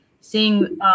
seeing